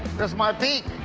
that's my beak.